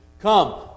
Come